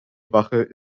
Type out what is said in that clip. wache